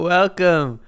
Welcome